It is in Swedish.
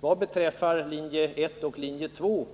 Vad beträffar linje 1 och linje 2